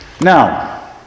Now